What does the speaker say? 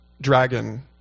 dragon